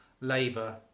labour